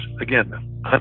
again